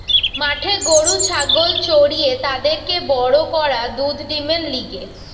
মাঠে গরু ছাগল চরিয়ে তাদেরকে বড় করা দুধ ডিমের লিগে